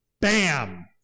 bam